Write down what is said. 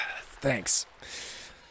Thanks